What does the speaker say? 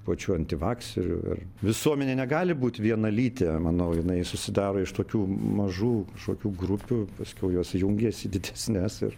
pačių antivakserių ir visuomenė negali būt vienalytė manau jinai susidaro iš tokių mažų kažkokių grupių paskiau jos jungiasi į didesnes ir